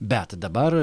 bet dabar